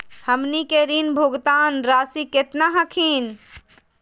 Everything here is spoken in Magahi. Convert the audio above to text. हमनी के ऋण भुगतान रासी केतना हखिन?